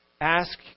ask